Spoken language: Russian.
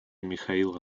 михаила